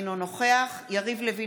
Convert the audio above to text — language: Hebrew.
אינו נוכח יריב לוין,